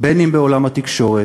אם בעולם התקשורת,